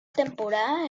temporada